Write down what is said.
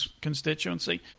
constituency